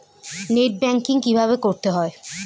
Net banking কীভাবে করতে হয়?